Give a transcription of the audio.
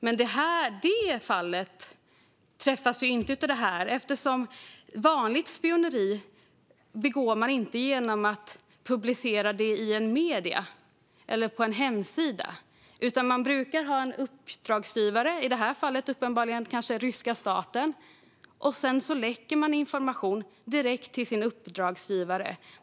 Men det fallet träffas ju inte av detta. Vanligt spioneri begår man ju inte genom att publicera någonting i ett massmedium eller på en hemsida. Man brukar ha en uppdragsgivare, i det här fallet kanske ryska staten, och sedan läcker man information direkt till denna.